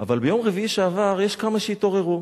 אבל ביום רביעי שעבר יש כמה שהתעוררו.